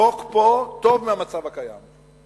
החוק פה טוב מהמצב הקיים,